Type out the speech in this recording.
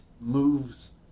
moves